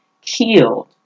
killed